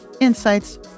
insights